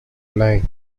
lying